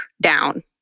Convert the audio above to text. down